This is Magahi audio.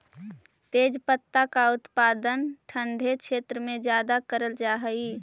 तेजपत्ता का उत्पादन ठंडे क्षेत्र में ज्यादा करल जा हई